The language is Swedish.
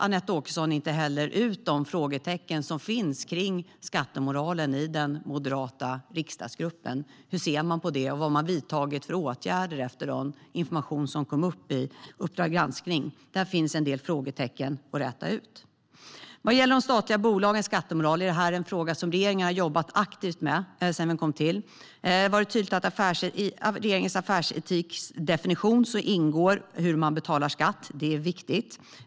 Anette Åkesson rätar inte ut de frågetecken som finns i den moderata riksdagsgruppen kring skattemoral. Hur ser man på det, och vilka åtgärder har man vidtagit efter den information som kom fram i Uppdrag granskning ? Där finns en del frågetecken att räta ut. Vad gäller de statliga bolagens skattemoral är det en fråga som regeringen har jobbat aktivt med sedan vi tillträdde. I regeringens definition av affärsetik ingår hur man betalar skatt; det är viktigt.